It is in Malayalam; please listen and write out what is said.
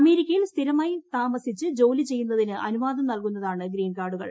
അമേരിക്കയിൽ സ്ഥിരമായി താമസിച്ച് ജോലി ചെയ്യുന്നതിന് അനുവാദം നൽകുന്നതാണ് ഗ്രീൻകാർഡുകൾ